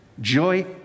Joy